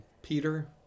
Peter